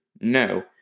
no